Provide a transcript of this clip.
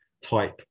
type